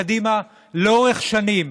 קדימה לאורך שנים,